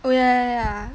oh yeah yeah